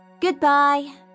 Goodbye